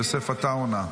יוסף עטאונה.